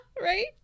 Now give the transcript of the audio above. right